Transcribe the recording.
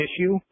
issue